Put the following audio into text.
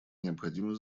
необходимо